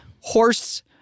Horse